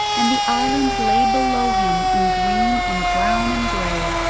and the island lay below him in green and brown and grey,